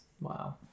Wow